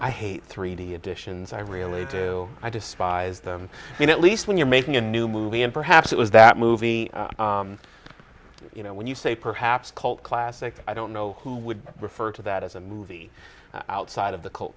i hate three d additions i really do i despise them in at least when you're making a new movie and perhaps it was that movie you know when you say perhaps cult classic i don't know who would refer to that as a movie outside of the cult